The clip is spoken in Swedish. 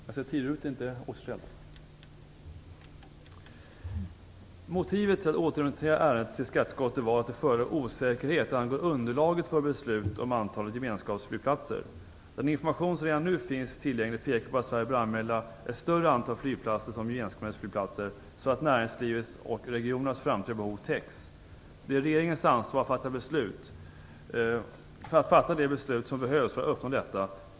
Fru talman! Motivet för att återremittera ärendet till skatteutskottet var att det förelåg osäkerhet angående underlaget för beslut om antalet gemenskapsflygplatser. Den information som redan nu finns tillgänglig pekar på att Sverige bör anmäla ett större antal flygplatser som gemenskapsflygplatser, så att näringslivets och regionernas framtida behov täcks. Det är regeringens ansvar att fatta de beslut som behövs för att detta skall uppnås.